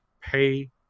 pay